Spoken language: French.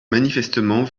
manifestement